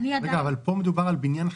פה מדובר על בניין חדש,